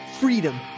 freedom